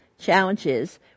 challenges